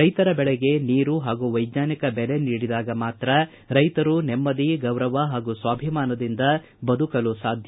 ರೈತರ ಬೆಳೆಗೆ ನೀರು ಹಾಗೂ ವೈಜ್ವಾನಿಕ ಬೆಲೆ ನೀಡಿದಾಗ ಮಾತ್ರ ರೈತರು ನೆಮ್ಮದಿ ಗೌರವ ಹಾಗೂ ಸ್ವಾಭಿಮಾನದಿಂದ ಬದುಕಲು ಸಾಧ್ಯ